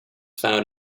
found